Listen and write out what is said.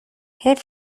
حیف